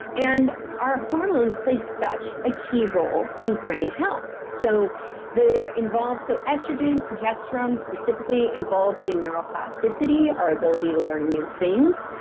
and our hormones play such a key role in brain health. so they're involved. so estrogen, progesterone specifically involved in neuro-plasticity, our ability to learn new things.